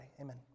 amen